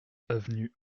avenue